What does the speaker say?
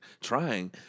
trying